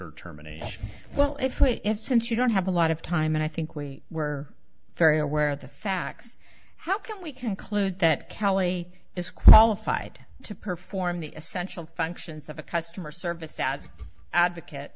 terminations well if the if since you don't have a lot of time and i think we were very aware of the facts how can we conclude that cali is qualified to perform the essential functions of a customer service as advocate